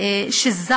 שמתאבדים ביחד.